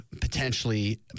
potentially